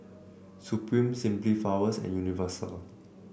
Supreme Simply Flowers and Universal